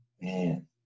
Man